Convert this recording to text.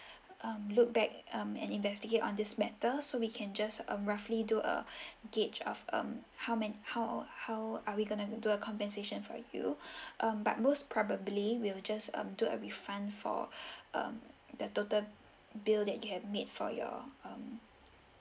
um look back um and investigate on this matter so we can just um roughly do a gauge of um how many how how are we gonna do a compensation for you um but most probably we'll just um do a refund for um the total bill that you have made for your um